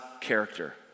character